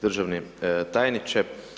Državni tajniče.